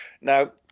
Now